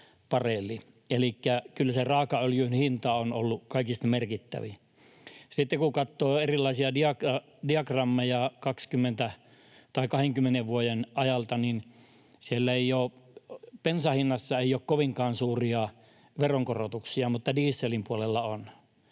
kyllä se raakaöljyn hinta on ollut kaikista merkittävin tekijä. Sitten kun katsoo erilaisia diagrammeja 20 vuoden ajalta, niin bensan hinnassa ei ole kovinkaan suuria veronkorotuksia, mutta dieselin puolella on.